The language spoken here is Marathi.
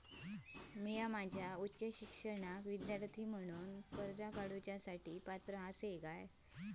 म्या माझ्या उच्च शिक्षणासाठीच्या विद्यार्थी कर्जा काडुच्या साठी पात्र आसा का?